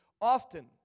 often